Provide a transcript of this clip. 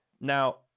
Now